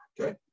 Okay